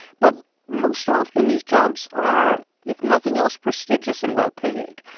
but most often, these jobs are, if nothing else, prestigious and well-paid.